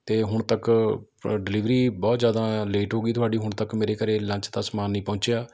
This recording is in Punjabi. ਅਤੇ ਹੁਣ ਤੱਕ ਡਿਲੀਵਰੀ ਬਹੁਤ ਜ਼ਿਆਦਾ ਲੇਟ ਹੋ ਗਈ ਤੁਹਾਡੀ ਹੁਣ ਤੱਕ ਮੇਰੇ ਘਰ ਲੰਚ ਦਾ ਸਮਾਨ ਨਹੀਂ ਪਹੁੰਚਿਆ